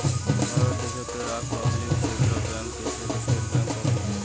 ভারত দ্যাশোতের আক public sector bank হসে স্টেট্ ব্যাঙ্ক অফ ইন্ডিয়া